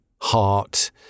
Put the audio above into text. heart